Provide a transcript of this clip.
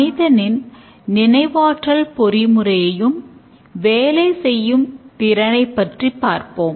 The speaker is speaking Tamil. மனிதனின் நினை வாற்றல் பொறிமுறையும் வேலைத்திறனை பார்ப்போம்